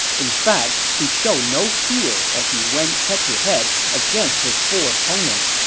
in fact, he showed no fear as he went head to head against his four opponents,